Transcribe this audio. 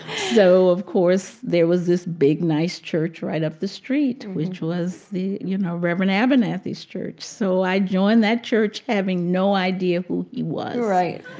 so of course, there was this big nice church right up the street which was, you know, reverend abernathy's church. so i joined that church, having no idea who he was right.